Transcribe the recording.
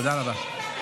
תודה רבה.